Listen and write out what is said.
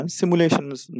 simulations